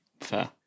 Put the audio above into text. Fair